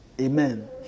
Amen